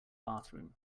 bathroom